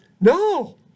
No